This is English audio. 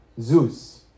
Zeus